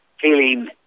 feeling